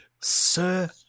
Sir